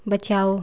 बचाओ